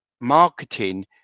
marketing